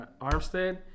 Armstead